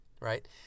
right